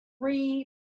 three